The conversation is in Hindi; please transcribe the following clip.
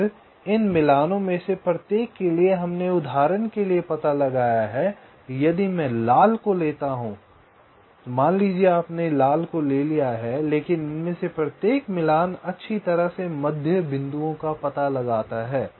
फिर इन मिलानों में से प्रत्येक के लिए हमने उदाहरण के लिए पता लगाया है यदि मैं लाल को लेता हूं तो मान लीजिए कि आपने लाल को ले लिया है लेकिन इनमें से प्रत्येक मिलान अच्छी तरह से मध्य बिंदुओं का पता लगाता है